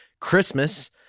Christmas